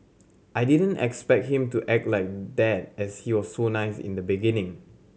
I didn't expect him to act like that as he was so nice in the beginning